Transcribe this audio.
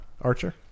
Archer